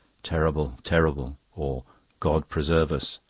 terrible, terrible! or god preserve us!